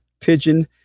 pigeon